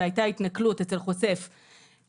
והייתה התנכלות אצל חושף,